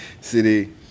City